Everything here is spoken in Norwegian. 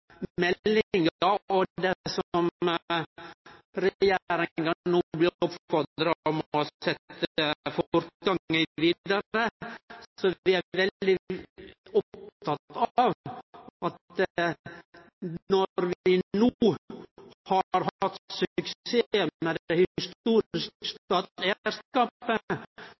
og det som regjeringa no blir oppfordra om å setje fortgang i vidare. Vi er veldig opptekne av at når vi no har